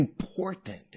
important